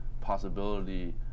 possibility